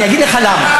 אני אגיד לך למה.